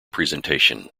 presentation